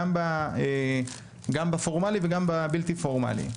גם בפורמלי וגם בבלתי פורמלי.